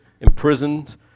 imprisoned